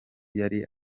yari